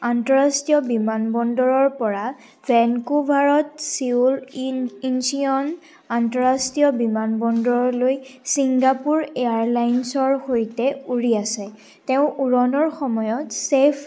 আন্তঃৰাষ্ট্ৰীয় বিমানবন্দৰৰপৰা ভেনকুভাৰত ছিউল ইঞ্চিয়ন আন্তঃৰাষ্ট্ৰীয় বিমানবন্দৰলৈ ছিংগাপুৰ এয়াৰলাইন্সৰ সৈতে উৰি আছে তেওঁ উৰণৰ সময়ত চেফ